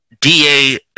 DA